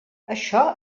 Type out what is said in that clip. això